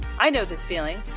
i know this feeling.